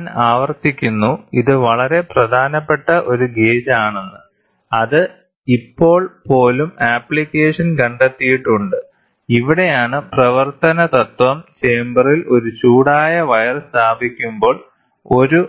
ഞാൻ ആവർത്തിക്കുന്നു ഇത് വളരെ പ്രധാനപ്പെട്ട ഒരു ഗേജാണെന്ന് അത് ഇപ്പോൾ പോലും ആപ്ലിക്കേഷൻ കണ്ടെത്തിയിട്ടുണ്ട് ഇവിടെയാണ് പ്രവർത്തന തത്വം ചേമ്പറിൽ ഒരു ചൂടായ വയർ സ്ഥാപിക്കുമ്പോൾ ഒരു